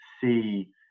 see